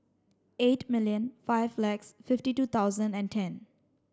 eight million five lakhs fifty two thousand and ten